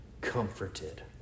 comforted